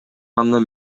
андан